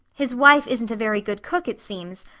his wife isn't a very good cook, it seems,